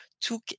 took